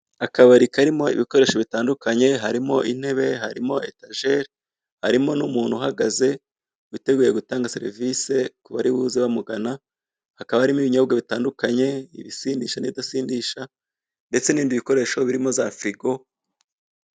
Akabari karimo ibikoresho bitandukanye harimo intebe, harimo etajeri, harimo n'umuntu uhagaze witeguye gutanga serivise ku bari buze bamugana, hakaba harimo ibinyobwa bitandukanye ibisindisha n'ibidasindisha ndetse n'ibindi bikoresho birimo za firigo.